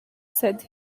said